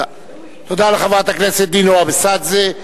תודה לחברת הכנסת נינו אבסדזה.